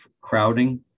crowding